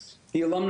אבל גם ראשי